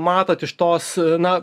matot iš tos na